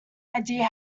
idea